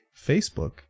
Facebook